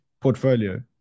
portfolio